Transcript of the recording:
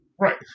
Right